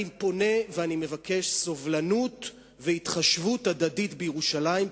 אני פונה ומבקש: סובלנות והתחשבות הדדית בירושלים,